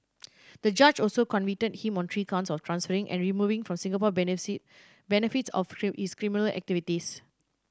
the judge also convicted him on three counts of transferring and removing from Singapore benefits of his criminal activities